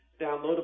downloadable